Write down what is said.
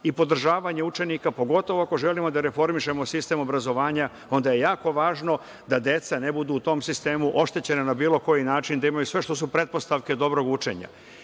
i podržavanja učenika, pogotovo ako želimo da reformišemo sistem obrazovanja. Onda je jako važno da deca ne budu u tom sistemu oštećena na bilo koji način, da imaju sve što su pretpostavke dobrog učenja.